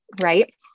right